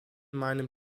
meinem